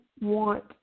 want